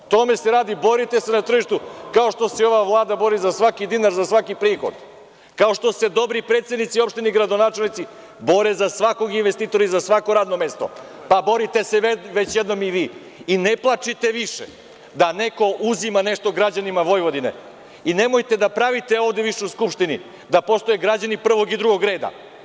O tome se radi, borite se na tržištu kao što se i ova Vlada bori za svaki dinar, za svaki prihod, kao što se dobri predsednici opština i gradonačelnici bore za svakog investitora i za svako radno mesto, pa borite se već jednom i vi i ne plačite više da neko uzima nešto građanima Vojvodine i nemojte da pravite ovde u Skupštini da postoje građani prvog i drugog reda.